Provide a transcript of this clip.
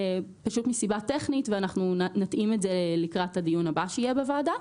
מסיבה טכנית ואנחנו נתאים את זה לקראת הדיון הבא שיהיה בוועדה.